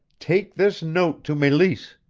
take this note to meleese!